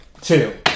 Two